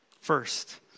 First